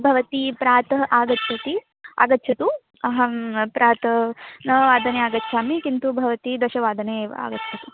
भवती प्रातः आगच्छति आगच्छतु अहं प्रातः नववादने आगच्छामि किन्तु भवती दशवादनेव आगच्छतु